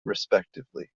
respectively